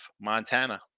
Montana